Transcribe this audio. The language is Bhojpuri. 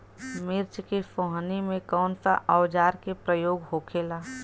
मिर्च के सोहनी में कौन सा औजार के प्रयोग होखेला?